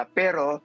pero